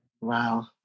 wow